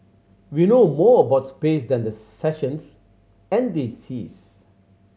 we know more about space than the sessions and the seas